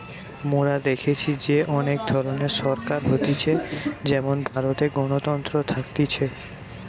মোরা দেখেছি যে অনেক ধরণের সরকার হতিছে যেমন ভারতে গণতন্ত্র থাকতিছে